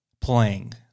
playing